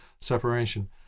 separation